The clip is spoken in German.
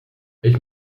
ich